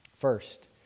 First